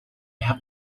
have